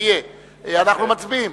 אנחנו מצביעים.